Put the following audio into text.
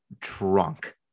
drunk